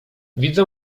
widzę